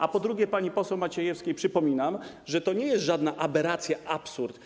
A po drugie, pani poseł Maciejewskiej przypominam, że to nie jest żadna aberracja, absurd.